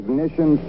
Ignition